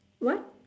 what